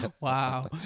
Wow